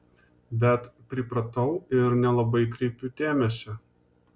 bet pripratau ir nelabai kreipiu dėmesio